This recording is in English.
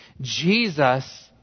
Jesus